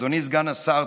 אדוני סגן השר,